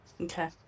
okay